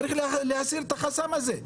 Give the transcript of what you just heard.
צריך להסיר את החסם הזה.